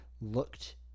looked